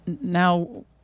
now